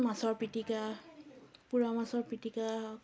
মাছৰ পিতিকা পোৰা মাছৰ পিতিকায়ে হওক